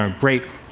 um great